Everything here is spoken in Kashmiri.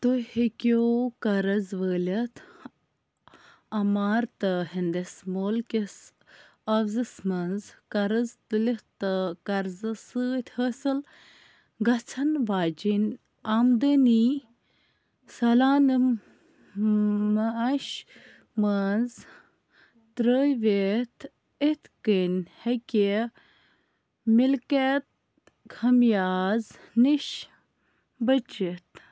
تُہۍ ہیٚکِو قرٕض وٲلِتھ عمارتہٕ ہِنٛدِس مۄل کِس عوزس منٛز قرٕض تُلِتھ تہٕ قرضہٕ سۭتۍ حٲصِل گژھَن واجیٚنۍ آمدنی سالانہٕ معاش منٛز ترٛٲوِتھ یِتھ کٔنۍ ہٮ۪کہِ مِلکیت خٔمیاز نِش بٔچِتھ